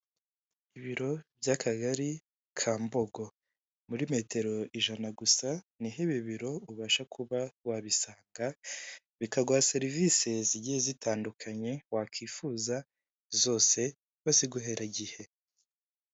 Ibiro by'akagari ka Mbogo muri metero ijana gusa niho ibi biro ubasha kuba wabisanga, bikaguha serivise zigiye zitandukanye wakwifuza zose baziguhera igihe.